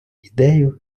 ідею